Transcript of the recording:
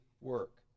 work